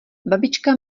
babička